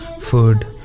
food